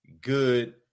good